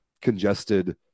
congested